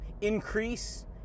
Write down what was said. increase